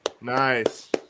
Nice